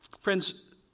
Friends